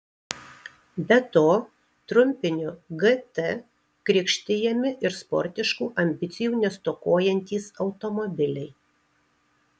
be to trumpiniu gt krikštijami ir sportiškų ambicijų nestokojantys automobiliai